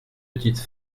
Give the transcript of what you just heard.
petite